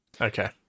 Okay